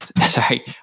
sorry